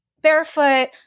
barefoot